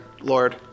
Lord